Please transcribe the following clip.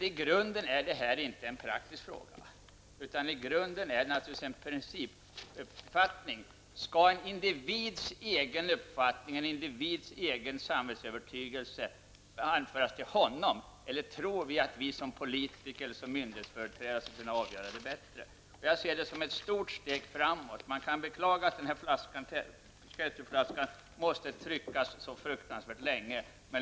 I grunden är det här inte en praktisk fråga, utan en principfråga: Skall individens egen uppfattning, egen samvetsövertygelse få gälla, eller tror vi att vi som politiker och myndighetsföreträdare bättre kan avgöra den saken? Det här förslaget är ett stort steg framåt. Man kan beklaga att den här ketchupflaskan måste tryckas så fruktansvärt länge.